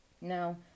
Now